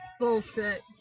Bullshit